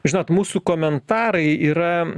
žinot mūsų komentarai yra